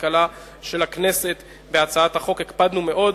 הכלכלה של הכנסת בהצעת החוק הקפדנו מאוד,